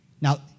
Now